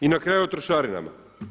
I na kraju o trošarinama.